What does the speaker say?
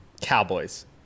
Cowboys